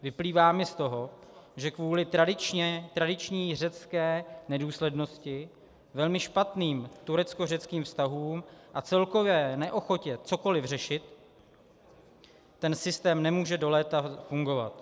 Vyplývá mi z toho, že kvůli tradiční řecké nedůslednosti, velmi špatným tureckořeckým vztahům a celkové neochotě cokoli řešit ten systém nemůže do léta fungovat.